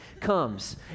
comes